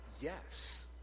yes